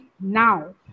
now